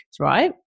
right